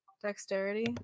dexterity